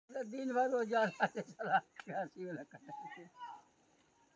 जौं जमा खाता खोलै पर केकरो नकद बोनस भेटै छै, ते ऊ कर योग्य आय होइ छै